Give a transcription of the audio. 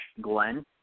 Glenn